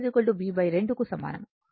ఇది b2